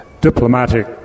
diplomatic